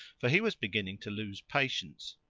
for he was beginning to lose patience.